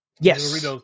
yes